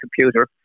computer